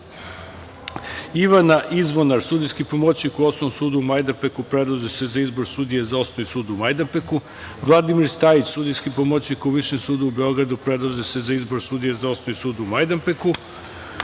Ivana Izvonar, sudijski pomoćnik u Osnovnom sudu u Majdanpeku, predlaže se za izbor sudije za Osnovni su u Majdanpeku, Vladimir Stajić, sudijski pomoćnik u Višem sudu u Beogradu, predlaže se za izbor sudije za Osnovni sud u Majdanpeku,